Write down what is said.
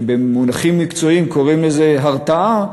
שבמונחים מקצועיים קוראים לזה הרתעה,